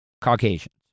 Caucasians